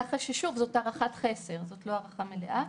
כך ששוב, זאת הערכת חסר ולא הערכה מלאה.